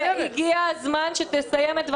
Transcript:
הגיע הזמן שתסיים את דבריך.